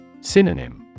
Synonym